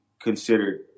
considered